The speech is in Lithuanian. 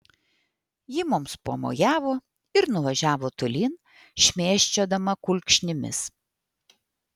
ji mums pamojavo ir nuvažiavo tolyn šmėsčiodama kulkšnimis